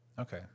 Okay